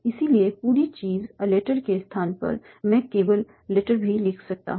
इसलिए पूरी चीज 'ए लेटर' के स्थान पर मैं केवल 'लेटर'भी लिख सकता हूं